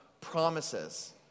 promises